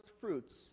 fruits